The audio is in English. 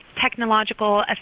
technological